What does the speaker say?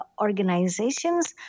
organizations